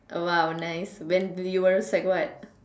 !wow! nice when you were sec what